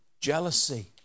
jealousy